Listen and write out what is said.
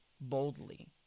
boldly